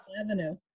Avenue